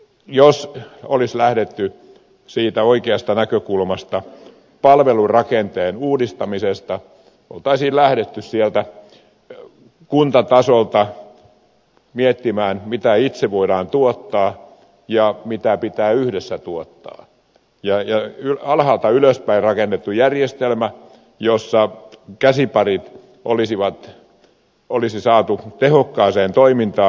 jos olisi lähdetty siitä oikeasta näkökulmasta palvelurakenteen uudistamisesta olisi lähdetty sieltä kuntatasolta miettimään mitä itse voidaan tuottaa ja mitä pitää yhdessä tuottaa ja olisi rakennettu alhaalta ylöspäin järjestelmä jossa käsiparit olisi saatu tehokkaaseen toimintaan